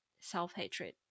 self-hatred